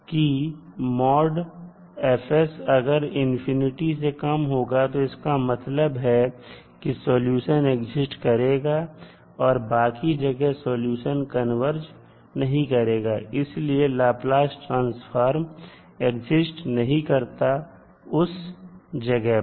कि mod of F अगर से कम होगा तो इसका मतलब है कि सॉल्यूशन एक्जिस्ट करेगा और बाकी जगह सॉल्यूशन कन्वर्ज नहीं करेगा इसलिए लाप्लास ट्रांसफॉर्म एक्जिस्ट नहीं करता है उस जगह पर